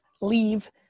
leave